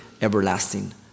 everlasting